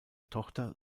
tochter